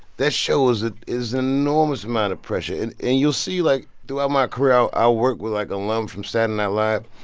that show is ah an enormous amount of pressure. and and you'll see, like, throughout my career, i work with, like, alum from saturday night live.